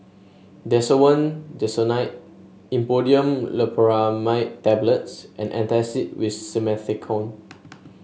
Desowen Desonide Imodium Loperamide Tablets and Antacid with Simethicone